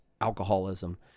alcoholism